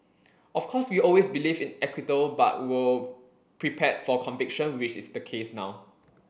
of course we always believed in acquittal but were prepared for conviction which is the case now